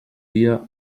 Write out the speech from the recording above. dia